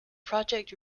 project